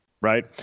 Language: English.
Right